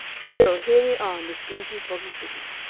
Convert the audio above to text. still, here we are in this dingy, foggy city.